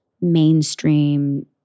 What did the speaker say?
mainstream